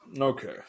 okay